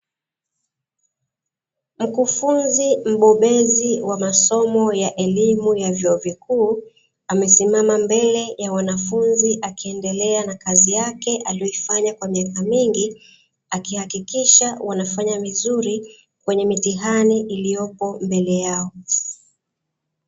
Mkufunzi mbobezi wa masomo ya elimu ya vyuo vikuu amesimama mbele ya wanafunzi akiendelea na kazi yake aliyoifanya kwa miaka mingi, akihakikisha wanafanya vizuri kwenye mitihani iliyopo mbele yao.